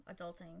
adulting